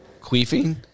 queefing